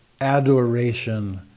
adoration